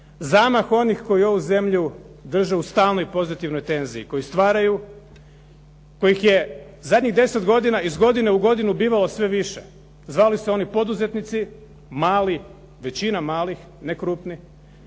zamah onih koji ovu zemlju drže u stalnoj pozitivnoj tenziji, koji stvara, kojih je zadnjih deset godine iz godine u godinu bivalo sve više zvali se oni poduzetnici mali, većina malih, ne krupni,